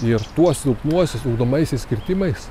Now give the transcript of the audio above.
ir tuos silpnuosius ugdomaisiais kirtimais